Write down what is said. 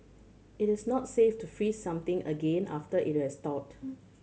it is not safe to freeze something again after it has thawed